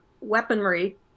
weaponry